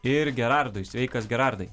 ir gerardui sveikas gerardai